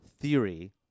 theory